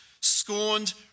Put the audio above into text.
scorned